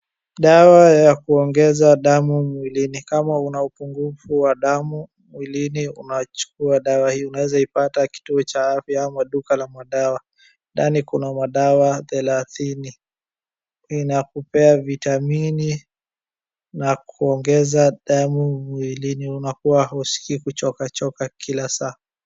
Dawa ya kuongeza damu mwilini. Kama una upungufu wa damu mwilini, unachukua dawa hii. Unaweza ipata kituo cha afya ama duka la madawa. Ndani kuna madawa thelathini. Inakupea vitamini na kuongeza damu mwilini. Unakuwa husikii kuchoka choka kila saa.